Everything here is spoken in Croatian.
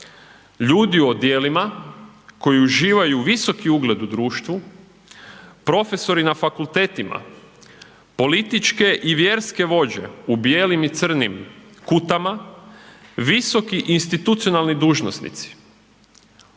ljudi u odijelima koji uživaju visoki ugled u društvu, profesori na fakultetima, političke i vjerske vođe u bijelim i crnim kutama, visoki institucionalni dužnosnici.